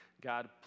God